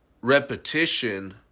repetition